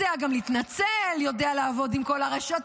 יודע גם להתנצל, יודע לעבוד עם כל הרשתות,